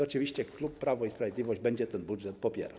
Oczywiście klub Prawo i Sprawiedliwość będzie ten budżet popierał.